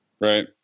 right